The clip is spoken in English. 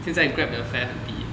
现在 Grab 的 fare 很低